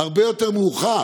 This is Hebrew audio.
הרבה יותר מאוחר.